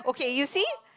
okay you see